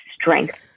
strength